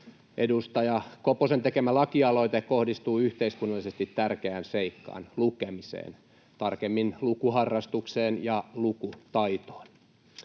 Edustaja Koposen tekemä lakialoite kohdistuu yhteiskunnallisesti tärkeään seikkaan: lukemiseen, tarkemmin lukuharrastukseen ja lukutaitoon.